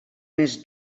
més